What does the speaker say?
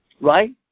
right